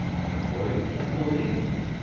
therefore you can believe me.